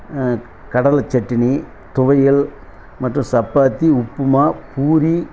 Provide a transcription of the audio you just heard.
கடலை சட்னி துவையல் மற்றும் சப்பாத்தி உப்புமா பூரி